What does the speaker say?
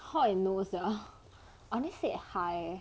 how I know sia I only said hi eh